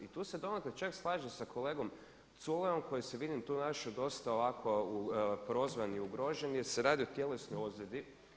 I tu se donekle čak slažem sa kolegom Culejom koji se vidim tu našao dosta ovako prozvan i ugrožen jer se radi o tjelesnoj ozljedi.